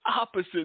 opposite